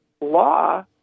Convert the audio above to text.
law